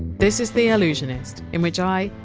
this is the allusionist, in which i,